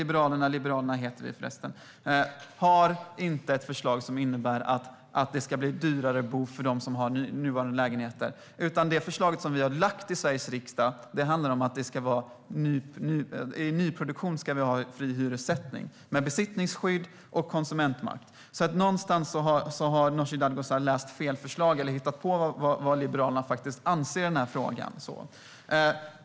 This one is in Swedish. Liberalerna har inte ett förslag som innebär att det ska bli dyrare att bo för dem som har lägenheter i dag, utan det förslag som har lagts fram i Sveriges riksdag handlar om att det ska vara fri hyressättning i nyproduktion, med besittningsskydd och konsumentmakt. Nooshi Dadgostar har alltså läst fel förslag eller hittat på vad Liberalerna anser i den här frågan.